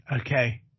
Okay